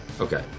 Okay